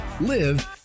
live